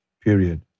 period